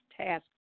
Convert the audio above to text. task